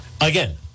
Again